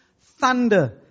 Thunder